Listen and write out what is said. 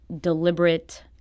deliberate